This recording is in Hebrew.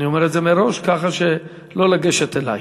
אני אומר את זה מראש ככה שלא לגשת אלי.